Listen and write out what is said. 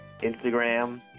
Instagram